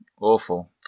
Awful